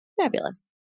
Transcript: Fabulous